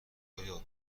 خدایا